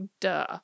duh